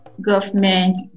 government